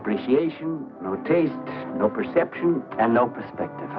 appreciation for taste no perception and no perspective